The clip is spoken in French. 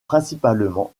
principalement